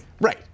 Right